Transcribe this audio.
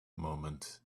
moment